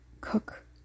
cook